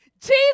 Jesus